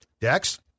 Dex